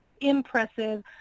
impressive